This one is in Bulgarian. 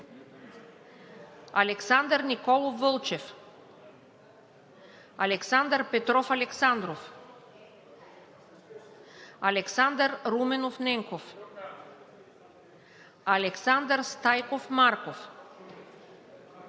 Александър Николов Вълчев - тук Александър Петров Александров - тук Александър Руменов Ненков - тук Александър Стайков Марков